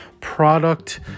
product